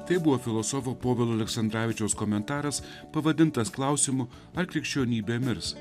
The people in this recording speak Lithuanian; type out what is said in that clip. tai buvo filosofo povilo aleksandravičiaus komentaras pavadintas klausimu ar krikščionybė mirs